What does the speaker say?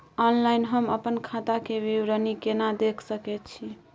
Online हम अपन खाता के विवरणी केना देख सकै छी?